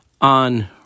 on